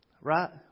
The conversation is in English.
Right